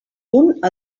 punt